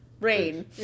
rain